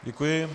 Děkuji.